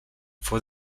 fou